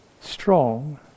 strong